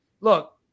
look